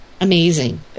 Amazing